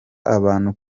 abantu